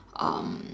um